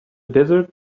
desert